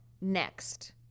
next